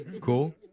Cool